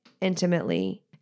intimately